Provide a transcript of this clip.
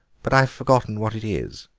but i've forgotten what it is.